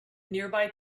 nearby